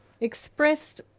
expressed